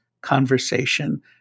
conversation